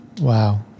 wow